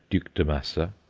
duc de massa,